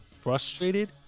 frustrated